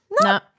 No